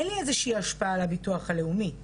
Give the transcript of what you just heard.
אין לי איזושהי השפעה על הביטוח הלאומי,